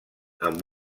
amb